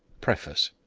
preface